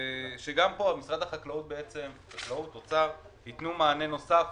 שגם פה, משרד החקלאות או האוצר, יתנו מענה נוסף